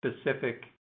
specific